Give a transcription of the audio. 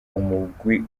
umugwi